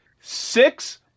six